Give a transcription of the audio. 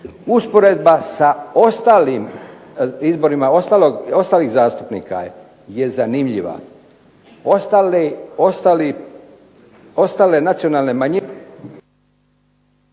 Usporedba sa izborima ostalih zastupnika je zanimljiva,